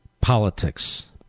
politics